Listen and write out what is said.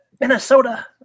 Minnesota